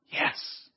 yes